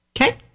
okay